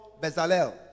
Bezalel